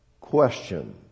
Question